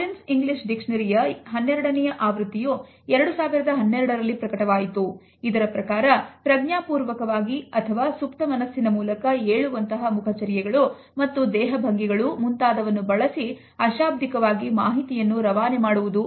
Collins English Dictionaryಯ 12ನೆಯ ಆವೃತ್ತಿಯು 2012ರಲ್ಲಿ ಪ್ರಕಟವಾಯಿತು